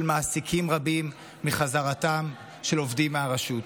מעסיקים רבים מחזרתם של עובדים מהרשות.